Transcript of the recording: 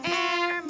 air